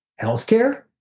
Healthcare